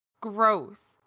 gross